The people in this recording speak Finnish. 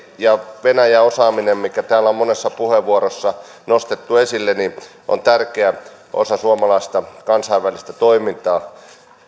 ja venäjä osaaminen mikä täällä on monessa puheenvuorossa nostettu esille on tärkeä osa suomalaista kansainvälistä toimintaa